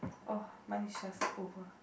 oh mine is just over